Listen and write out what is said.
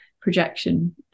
projection